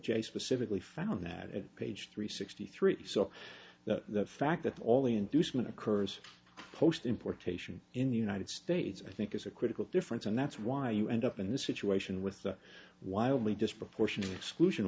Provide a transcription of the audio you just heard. j specifically found that at page three sixty three so the fact that all the inducement occurs post importation in the united states i think is a critical difference and that's why you end up in this situation with the wildly disproportionate exclusion